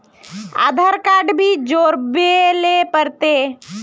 आधार card भी जोरबे ले पड़ते?